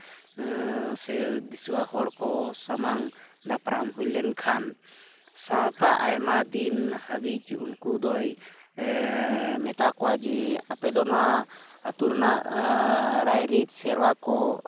ᱥᱮ ᱫᱤᱥᱩᱣᱟᱹ ᱦᱚᱲ ᱠᱚ ᱥᱟᱢᱟᱝ ᱫᱟᱯᱨᱟᱢ ᱦᱩᱭ ᱞᱮᱱᱠᱷᱟᱱ ᱥᱟᱶᱛᱟ ᱟᱭᱢᱟ ᱫᱤᱱ ᱦᱟᱹᱵᱤᱡ ᱩᱱᱠᱩ ᱫᱚᱭ ᱢᱮᱛᱟ ᱠᱚᱣᱟᱭ ᱡᱮ ᱟᱯᱮ ᱫᱚ ᱱᱚᱣᱟ ᱟᱹᱛᱩ ᱨᱮᱱᱟᱜ ᱨᱟᱭᱼᱨᱤᱛ ᱥᱮᱨᱣᱟ ᱠᱚ